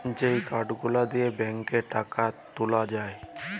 যেই কার্ড গুলা দিয়ে ব্যাংকে টাকা তুলে যায়